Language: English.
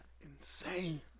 Insane